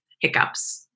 hiccups